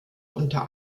unter